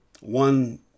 one